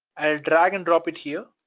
drag and drop it here.